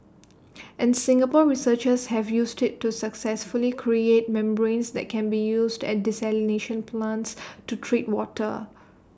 and Singapore researchers have used IT to successfully create membranes that can be used at desalination plants to treat water